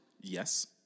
Yes